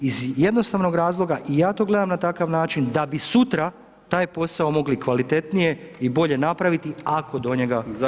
Iz jednostavnog razloga i ja to gledam na takav način da bi sutra taj posao mogli kvalitetnije i bolje napraviti ako do njega dođe.